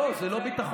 לא, זה לא ביטחון.